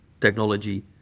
technology